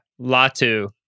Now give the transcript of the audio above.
Latu